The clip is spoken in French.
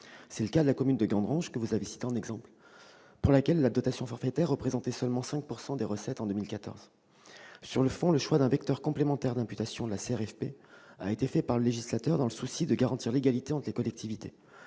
C'est le cas de la commune de Gandrange que vous avez citée en exemple, pour laquelle la dotation forfaitaire représentait seulement 5 % des recettes en 2014. Sur le fond, le choix d'un vecteur complémentaire d'imputation de la CRFP a été fait par le législateur dans le souci de garantir l'égalité entre les collectivités.